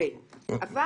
אבל